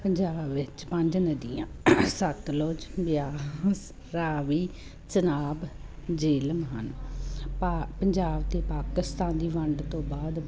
ਪੰਜਾਬ ਵਿੱਚ ਪੰਜ ਨਦੀਆਂ ਸਤਲੁਜ ਬਿਆਸ ਰਾਵੀ ਝਨਾਬ ਜੇਹਲਮ ਹਨ ਭਾ ਪੰਜਾਬ ਤੇ ਪਾਕਿਸਤਾਨ ਦੀ ਵੰਡ ਤੋਂ ਬਾਦ